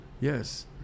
Yes